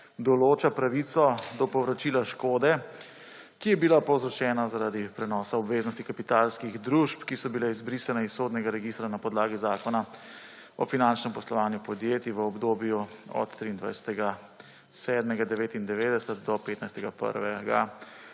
določa pravico do povračila škode, ki je bila povzročena zaradi prenosa obveznosti kapitalskih družb, ki so bile izbrisane iz sodnega registra na podlagi Zakona o finančnem poslovanju podjetij v obdobju od 23. 7. 1999 do 15. 1.